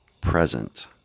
present